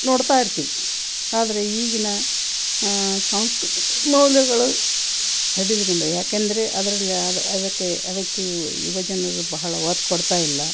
ನೋಡ್ತಾ ಇರ್ತೀವಿ ಆದರೆ ಈಗಿನ ಸಾಂಸ್ಕೃತಿಕ ಮೌಲ್ಯಗಳು ಸಡಿಲಗೊಂಡವು ಏಕಂದ್ರೆ ಅದರಲ್ಲಿ ಆದ ಅದಕ್ಕೆ ಅದಕ್ಕೆ ಯುವ ಯುವಜನರು ಬಹಳ ಒತ್ತು ಕೊಡ್ತಾ ಇಲ್ಲ